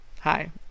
Hi